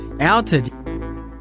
outed